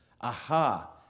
Aha